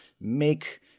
make